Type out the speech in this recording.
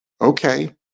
okay